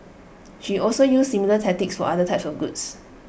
she also used similar tactics for other types of goods